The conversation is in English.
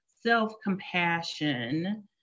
self-compassion